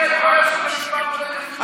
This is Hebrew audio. בגלל הפנסיות,